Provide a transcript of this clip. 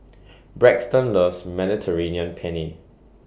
Braxton loves Mediterranean Penne